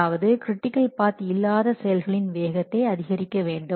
அதாவது critical path இல்லாத செயல்களின் வேகத்தை அதிகரிக்க வேண்டும்